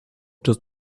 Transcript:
just